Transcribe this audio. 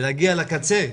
להגיע לקצה.